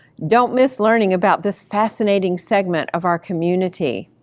don't miss learning about this fascinating segment of our community.